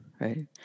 right